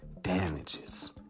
damages